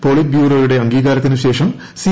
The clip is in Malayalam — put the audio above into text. പോളിറ്റ് ബ്യൂറോയുടെ അംഗീകാരത്തിനു ശേഷം സി